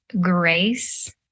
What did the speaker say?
grace